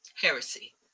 heresy